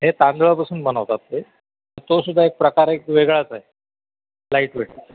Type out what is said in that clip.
हे तांदुळापासून बनवतात ते तोसुद्धा एक प्रकार एक वेगळाच आहे लाईट वेट